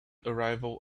arrival